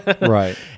Right